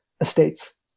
estates